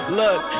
look